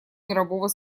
мирового